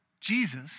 Jesus